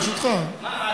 ברשותך,